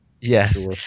Yes